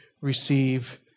receive